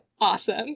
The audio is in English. awesome